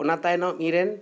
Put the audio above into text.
ᱚᱱᱟ ᱛᱟᱭᱱᱚᱢ ᱤᱧ ᱨᱮᱱ